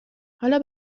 حالا